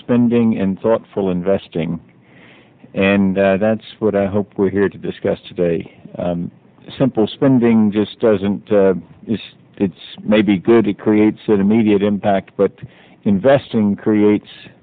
spending and thoughtful investing and that's what i hope we're here to discuss today simple spending just doesn't it's maybe good it creates an immediate impact but investing creates